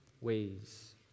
ways